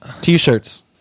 T-shirts